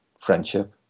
friendship